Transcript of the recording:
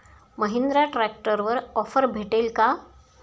महिंद्रा ट्रॅक्टरवर ऑफर भेटेल का?